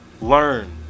learn